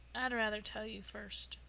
i'd rather tell you first.